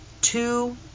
Two